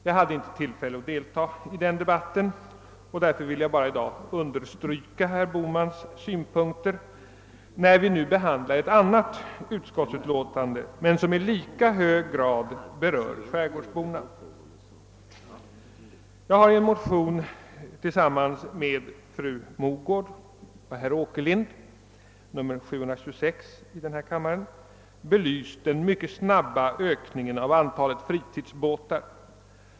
Jag hade inte tillfälle att deltaga i den debatten, och därför vill jag understryka herr Bohmans synpunkter, när vi nu behandlar ett annat utskottsutlåtande som i lika hög grad berör skärgårdsborna. mans med fru Mogård och herr Åkerlind belyst den mycket snabba ökningen av antalet fritidsbåtar.